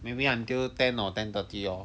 maybe until ten or ten thirty lor